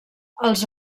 els